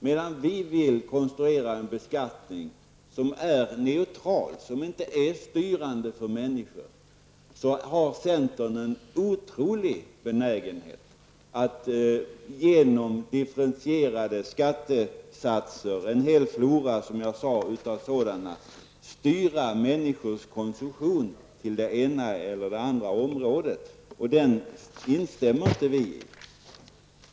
Medan vi vill konstruera en beskattning som är neutral, dvs som inte är styrande för människorna, har centern en otrolig benägenhet att genom en hel flora av differentierade skattesatser styra människors konsumtion till det ena eller det andra området. Den inställningen delar vi inte.